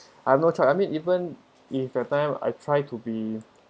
I have no choice I mean even if that time I try to be